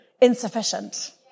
insufficient